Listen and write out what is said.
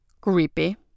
Creepy